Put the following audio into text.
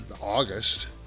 August